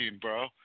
bro